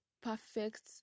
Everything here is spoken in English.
perfect